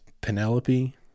Penelope